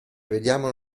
vediamo